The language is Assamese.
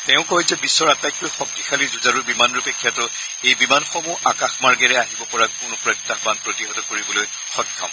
তেওঁ কয় যে বিশ্বৰ আটাইতকৈ শক্তিশালী যুঁজাৰু বিমানৰূপে খ্যাত এই বিমানসমূহ আকাশ মাৰ্গেৰে আহিব পৰা যিকোনো প্ৰত্যায়ান প্ৰতিহত কৰিবলৈ সক্ষম